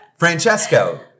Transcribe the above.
Francesco